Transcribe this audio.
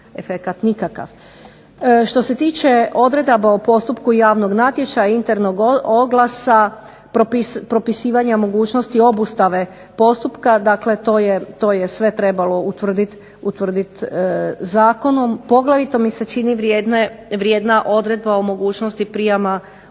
Što se tiče odredaba o postupku javnog natječaja, internog oglasa, propisivanja mogućnosti obustave postupka, dakle to je sve trebalo utvrditi zakonom. Poglavito mi se čini vrijedna odredba o mogućnosti prijama osoba